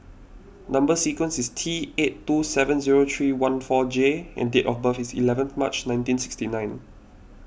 Number Sequence is T eight two seven zero three one four J and date of birth is eleven March nineteen sixty nine